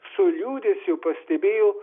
su liūdesiu pastebėjo